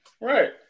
right